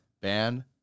Ban